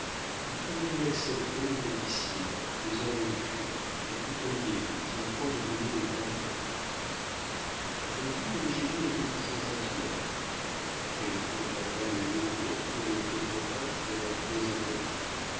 il fallait bien accepter les tapissiers les horlogers les couteliers dont les enfants devenaient des grands hommes elle dit que le génie était toujours gentilhomme elle gourmanda les hobereaux sur le peu d'entente de leurs vrais intérêts